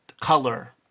color